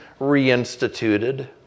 reinstituted